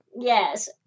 Yes